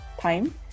time